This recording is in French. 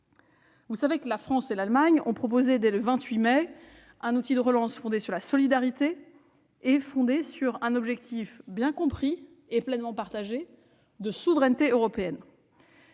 contenu. La France et l'Allemagne ont proposé dès le 28 mai un outil de relance fondé sur la solidarité et sur un objectif bien compris et pleinement partagé de souveraineté européenne.